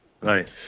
right